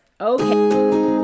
Okay